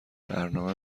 برنامه